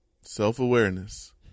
Self-awareness